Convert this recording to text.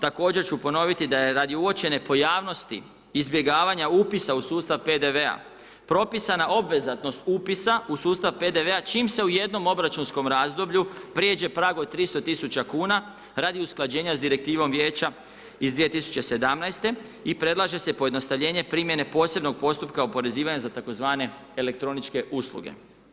Također ću ponoviti da je radi uočene pojavnosti izbjegavanja upisa u sustav PDV propisana obvezatnost upisa u sustav PDV-a čim se u jednom obračunskom razdoblju prijeđe prag od 300 tisuća kuna radi usklađenja s Direktivom Vijeća iz 2017. i predlaže se pojednostavljenje primjene posebnog postupka oporezivanja za tzv. elektroničke usluge.